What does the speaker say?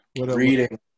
reading